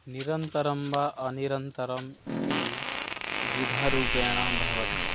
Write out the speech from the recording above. निरन्तरं वा अनिरन्तरम् इति द्विधा रूपेण भवति